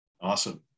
Awesome